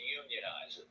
unionize